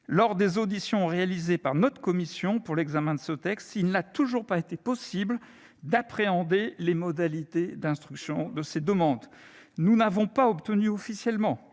Lors des auditions réalisées par notre commission pour l'examen de ce texte, il n'a toujours pas été possible d'appréhender les modalités d'instruction de ces demandes. Nous n'avons pas obtenu officiellement